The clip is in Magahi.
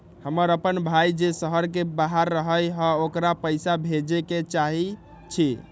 हमर अपन भाई जे शहर के बाहर रहई अ ओकरा पइसा भेजे के चाहई छी